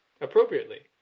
appropriately